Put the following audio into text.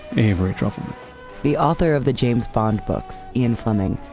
avery trufelman the author of the james bond books, ian fleming,